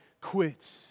quits